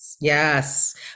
Yes